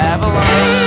Avalon